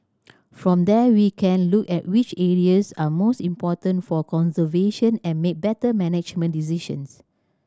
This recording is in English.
from there we can look at which areas are most important for conservation and make better management decisions